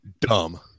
dumb